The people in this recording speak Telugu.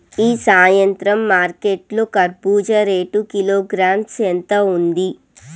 ఈ సాయంత్రం మార్కెట్ లో కర్బూజ రేటు కిలోగ్రామ్స్ ఎంత ఉంది?